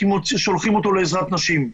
כי שולחים אותו לעזרת נשים.